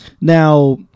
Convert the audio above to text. now